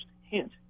hint